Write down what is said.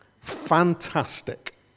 Fantastic